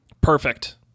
Perfect